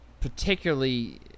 particularly